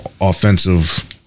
offensive